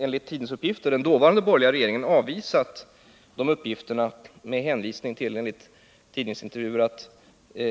Enligt tidningsuppgifter har den dåvarande borgerliga regeringen avvisat de uppgifterna med hänvisning till att